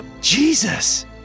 Jesus